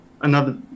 Another-